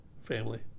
Family